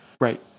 Right